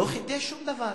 הוא לא חידש שום דבר.